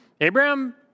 Abraham